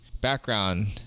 background